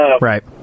Right